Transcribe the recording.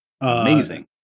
amazing